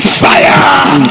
fire